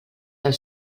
del